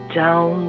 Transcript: down